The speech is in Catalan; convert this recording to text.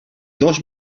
dos